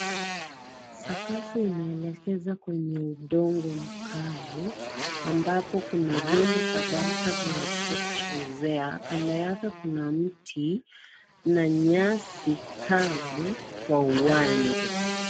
Sakafu inaelekeza kwenye udongo mkavu, ambapo kuna viombo kadhalika vya watoto kuchezea kando yake kuna mti na nyasi kavu kwa uwanja.